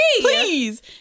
please